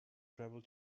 travel